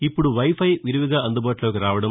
ఇప్పుడు వైఫై విరివిగా అందుబాటులోకి రావడం